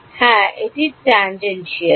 ছাত্র হ্যাঁ H tangential